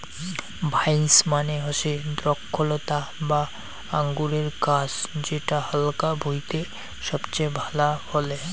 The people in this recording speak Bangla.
ভাইন্স মানে হসে দ্রক্ষলতা বা আঙুরের গাছ যেটা হালকা ভুঁইতে সবচেয়ে ভালা ফলে